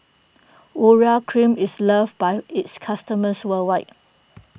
Urea Cream is loved by its customers worldwide